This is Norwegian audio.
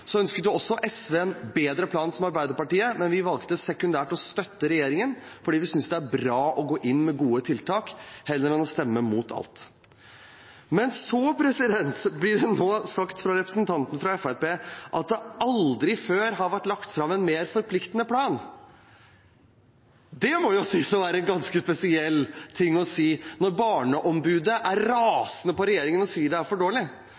Så blir det nå sagt fra representanten fra Fremskrittspartiet at det aldri før har vært lagt fram en mer forpliktende plan. Det må jo sies å være ganske spesielt å si når Barneombudet er rasende på regjeringen og sier den er for dårlig.